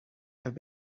have